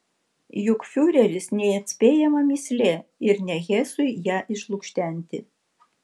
juk fiureris neatspėjama mįslė ir ne hesui ją išlukštenti